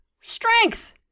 strength